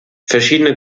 verschiedene